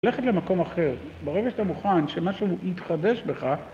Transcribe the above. ללכת למקום אחר, ברגע שאתה מוכן שמשהו יתחדש בך